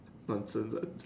answer that